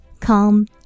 Come